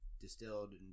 distilled